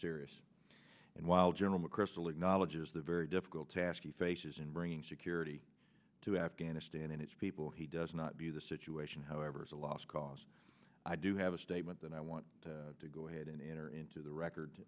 serious and while general mcchrystal acknowledges the very difficult task he faces in bringing security to afghanistan and its people he does not view the situation however as a lost cause i do have a statement that i want to go ahead and enter into the record